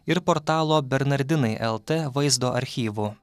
ir portalo bernardinai lt vaizdo archyvų